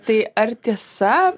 tai ar tiesa